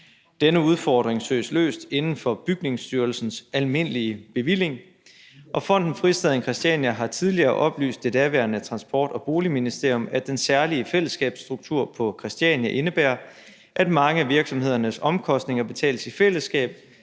Denne udfordring søges løst inden for Bygningsstyrelsens almindelige bevilling, og Fonden Fristaden Christiania har tidligere oplyst det daværende Transport- og Boligministerium, at den særlige fællesskabsstruktur på Christiania indebærer, at mange af virksomhedernes omkostninger betales i fællesskab,